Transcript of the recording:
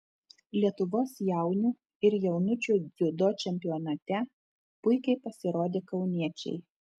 lietuvos jaunių ir jaunučių dziudo čempionate puikiai pasirodė kauniečiai